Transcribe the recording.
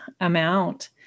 amount